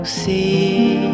see